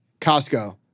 Costco